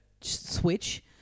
switch